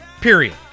Period